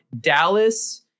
Dallas